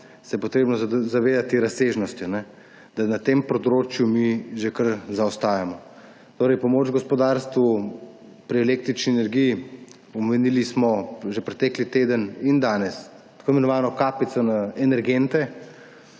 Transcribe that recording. se je treba zavedati razsežnosti, da na tem področju mi že kar zaostajamo. Torej pomoč gospodarstvu pri električni energiji, omenili smo že pretekli teden in danes tako imenovano kapico na energente,